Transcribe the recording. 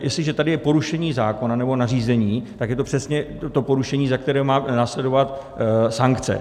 Jestliže tady je porušení zákona nebo nařízení, tak je to přesně to porušení, za které má následovat sankce.